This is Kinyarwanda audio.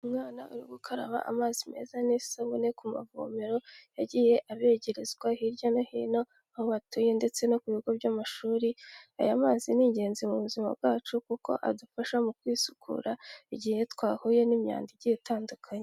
Umwana uri gukaraba amazi meza n'isabune ku mavomero yagiye abegerezwa hirya no hino aho batuye ndetse no ku bigo by'amashuri, aya mazi ni ingenzi mu buzima bwacu kuko adufasha mu kwisukura, igihe twahuye n'imyanda igiye itandukanye.